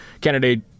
Candidate